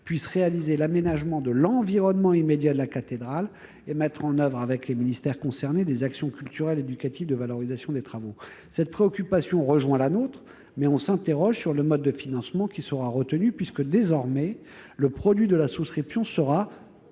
pourra réaliser l'aménagement de l'environnement immédiat de la cathédrale et mettre en oeuvre, avec les ministères concernés, des actions culturelles et éducatives de valorisation des travaux. Cette préoccupation rejoint la nôtre, mais nous nous interrogeons sur le mode de financement qui sera retenu, puisque, désormais, le produit de la souscription sera